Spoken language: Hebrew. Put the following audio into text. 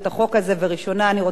וראשונה, אני רוצה להודות